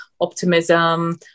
Optimism